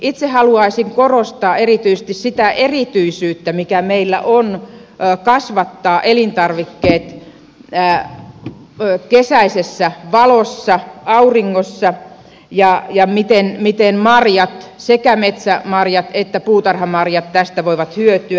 itse haluaisin korostaa erityisesti sitä erityisyyttä mikä meillä on kasvattaa elintarvikkeet kesäisessä valossa auringossa ja miten marjat sekä metsämarjat että puutarhamarjat tästä voivat hyötyä